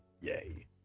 yay